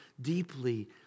deeply